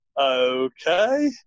okay